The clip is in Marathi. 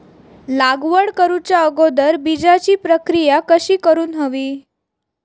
लागवड करूच्या अगोदर बिजाची प्रकिया कशी करून हवी?